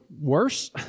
worse